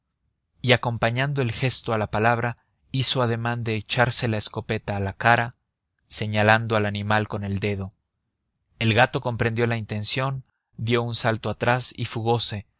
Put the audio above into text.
y acompañando el gesto a la palabra hizo ademán de echarse la escopeta a la cara señalando al animal con el dedo el gato comprendió la intención dio un salto atrás y fugose